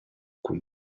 cun